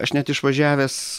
aš net išvažiavęs